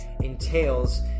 entails